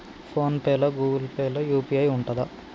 Phone pay లా Google Pay లా UPI ఉంటదా?